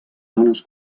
zones